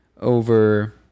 over